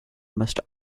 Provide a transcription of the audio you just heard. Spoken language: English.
must